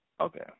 Okay